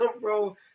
bro